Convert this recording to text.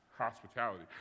hospitality